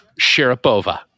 sharapova